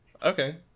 Okay